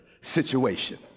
situation